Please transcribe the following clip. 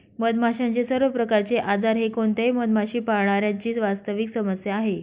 मधमाशांचे सर्व प्रकारचे आजार हे कोणत्याही मधमाशी पाळणाऱ्या ची वास्तविक समस्या आहे